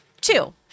Two